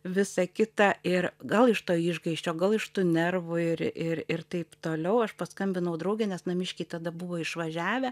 visą kitą ir gal iš to išgąsčio gal iš tų nervų ir ir ir taip toliau aš paskambinau draugei nes namiškiai tada buvo išvažiavę